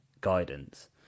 guidance